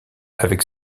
avec